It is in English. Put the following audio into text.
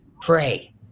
Pray